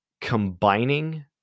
combining